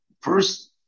first